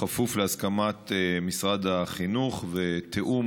בכפוף להסכמת משרד החינוך ולתיאום,